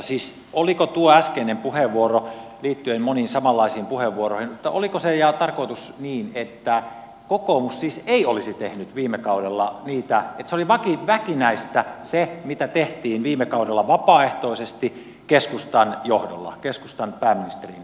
siis oliko tuon äskeisen puheenvuoron mukaan liittyen moniin samanlaisiin puheenvuoroihin oliko ihan tarkoitus niin että kokoomus siis ei olisi tehnyt viime kaudella sitä että oli väkinäistä se mitä tehtiin viime kaudella vapaaehtoisesti keskustan johdolla keskustalaisen pääministerin johdolla